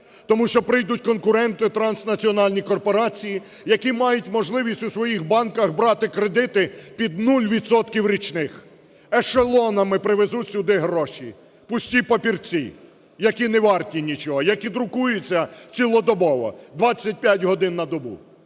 Тому що прийдуть конкуренти – транснаціональні корпорації, які мають можливість у своїх банках брати кредити під нуль відсотків річних. Ешелонами привезуть сюди гроші – пусті папірці, які неварті нічого, які друкуються цілодобово, 25 годин на добу.